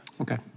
Okay